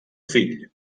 fill